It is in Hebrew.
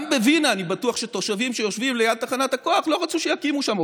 גם בווינה אני בטוח שתושבים שיושבים ליד תחנת הכוח לא רצו שיקימו שם,